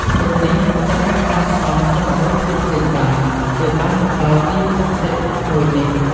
ដូចនេះ អ្នកអាចបន់ផ្សងសុំអ្វីផ្សេងៗបាន ពេលបានទៅដល់ទីស័ក្តិសិទ្ធមួយនេះ។